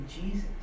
Jesus